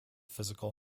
physical